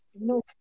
No